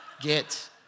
get